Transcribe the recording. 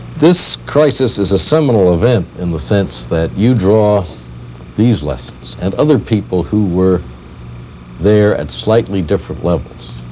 this crisis is a similar event, in the sense, that you draw these lessons and other people who were there at slightly different levels